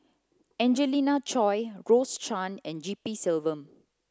Angelina Choy Rose Chan and G P Selvam